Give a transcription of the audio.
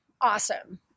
awesome